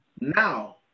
Now